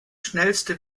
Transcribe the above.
schnellste